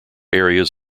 areas